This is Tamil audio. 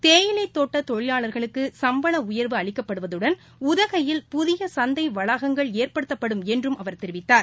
தேயிலைத்தோட்டதொழிலாளர்களுக்கும்பளஉயர்வு மேறம் அளிக்கப்படுவதடன் உதகையில் புதியசந்தைவளாகங்கள் ஏற்படுத்தப்படும் என்றும் அவர் தெரிவித்தார்